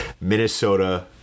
minnesota